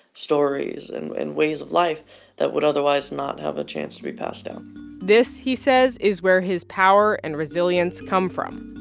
stories and and ways of life that would otherwise not have a chance to be passed down this, he says, is where his power and resilience come from.